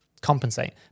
compensate